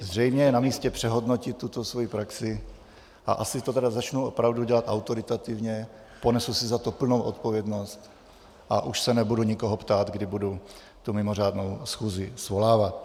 Zřejmě je namístě přehodnotit tuto svoji praxi a asi to tedy začnu opravdu dělat autoritativně, ponesu si za to plnou odpovědnost a už se nebudu nikoho ptát, kdy budu tu mimořádnou schůzi svolávat.